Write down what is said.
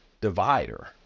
divider